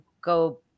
go